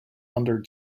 under